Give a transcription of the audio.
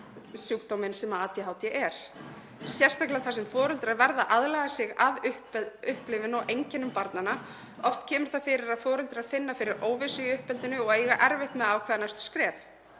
sem ADHD er, sérstaklega þar sem foreldrar verða að aðlaga sig að upplifun og einkennum barnanna. Oft kemur það fyrir að foreldrar finna fyrir óvissu í uppeldinu og eiga erfitt með að ákveða næstu skref.